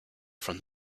from